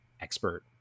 expert